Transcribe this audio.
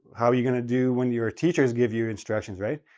how are you going to do when your teachers give you instructions, right?